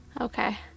Okay